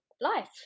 life